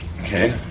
okay